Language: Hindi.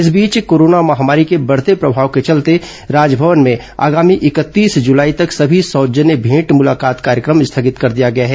इस बीच कोरोना महामारी के बढते प्रभाव के चलते राजभवन में आगामी इकतीस जुलाई तक सभी सौजन्य भेंट मुलाकात कार्यक्रम स्थगित कर दिया गया है